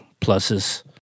pluses